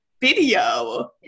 video